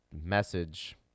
message